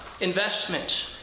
investment